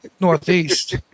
Northeast